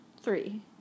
Three